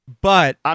But-